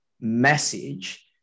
message